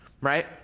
right